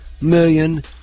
million